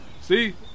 See